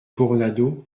coronado